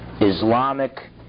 Islamic